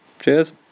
cheers